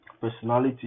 personality